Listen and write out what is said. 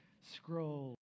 scroll